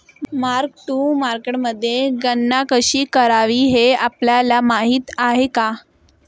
Mark to मार्केटमध्ये गणना कशी करावी हे आपल्याला माहित आहे का?